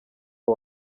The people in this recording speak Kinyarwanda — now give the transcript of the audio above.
uwo